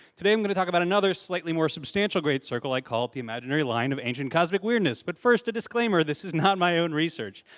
today, i'm going to talk about another slightly more substantial great circle. i call it the imaginary line of you ancient cosmic weirdness. but, first a disclaimer. this is not my own research.